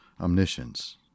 omniscience